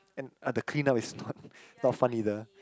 and uh the clean up is not not funny the